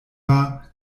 war